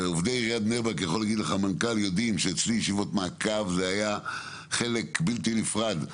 עובדי עיריית בני ברק יודעים שאצלי ישיבות מעקב היו חלק בלתי נפרד.